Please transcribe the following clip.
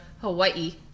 hawaii